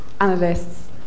analysts